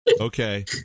Okay